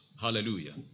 Hallelujah